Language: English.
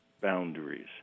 boundaries